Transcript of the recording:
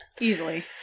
easily